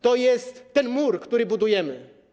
To jest ten mur, który budujemy.